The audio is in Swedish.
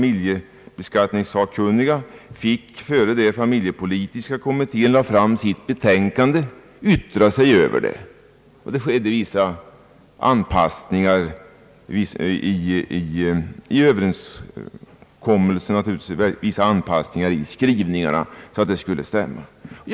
Innan familjepolitiska kommittén lade fram sitt betänkande, fick familjeskatteberedningen yttra sig över det. Det skedde också vissa anpassningar i skrivningarna, så att uppfattningarna skulle stämma överens.